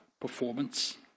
performance